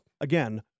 Again